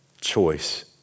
choice